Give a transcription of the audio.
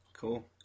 Cool